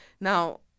Now